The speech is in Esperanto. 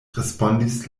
respondis